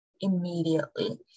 immediately